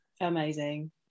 amazing